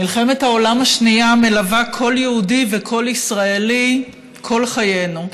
מלחמת העולם השנייה מלווה כל יהודי וכל ישראלי כל חיינו.